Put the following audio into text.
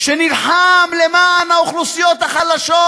שנלחם למען האוכלוסיות החלשות.